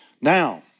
Now